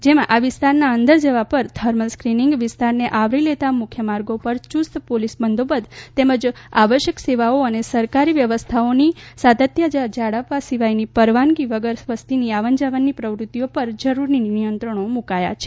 જેમાં આ વિસ્તારના અંદર જવાના પર થર્મલ સ્કીનીંગ વિસ્તારને આવરી લેતા મુખ્ય માર્ગો પર યુસ્ત પોલીસ બંદોબસ્ત તેમજ આવશ્થક સેવાઓ અને સરકારી વ્યવસ્થાપનની સાતત્યતા જાળવવા સિવાયની પરવાનગી વગર વસ્તીની આવાન જાવનની પ્રવૃતિઓ પર જરૂરી નિયંત્રણો મુકાયા છે